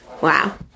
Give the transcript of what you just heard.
Wow